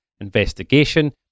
investigation